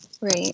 Right